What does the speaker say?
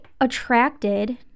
attracted